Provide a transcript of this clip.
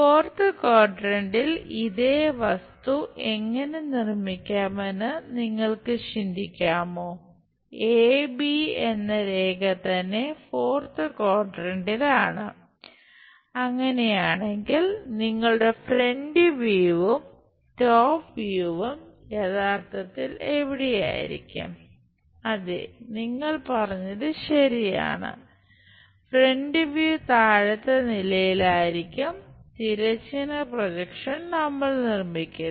fourth ക്വാഡ്രന്റിൽ ചുവടെ വരുന്നു